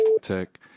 tech